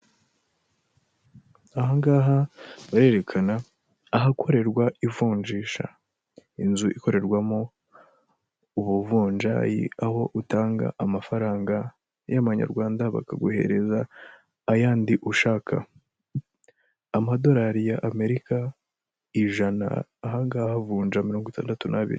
Aha ngaha barerekana ahakorerwa ivunjisha. Inzu ikorerwamo ubuvunjayi aho utanga amafaranga y'amanyarwanda bakaguhereza ayandi ushaka. Amadorari ya Amerika ijana aha ngaha avunja mirongo itandatu n'abiri.